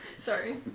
Sorry